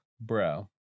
Bro